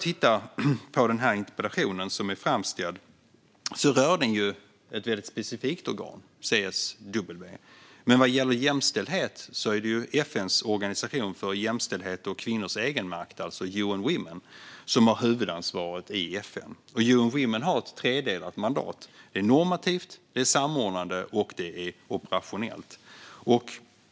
Interpellationen rör ett specifikt organ, CSW. När det gäller jämställdhet är det dock FN:s organisation för jämställdhet och kvinnors egenmakt, UN Women, som har huvudansvaret i FN. UN Women har ett tredelat mandat: normativt, samordnande och operationellt.